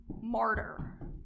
martyr